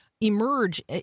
emerge